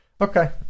Okay